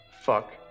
Fuck